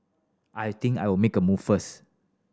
I think I'll make a move first